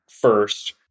first